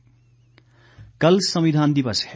बिदल कल संविधान दिवस है